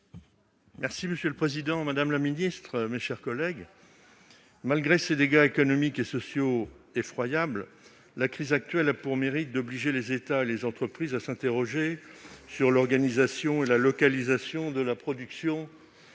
Monsieur le président, madame le ministre, mes chers collègues, malgré ses dégâts économiques et sociaux effroyables, la crise actuelle a pour mérite d'obliger les États et les entreprises à s'interroger sur l'organisation et la localisation de la production